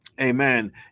amen